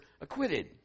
acquitted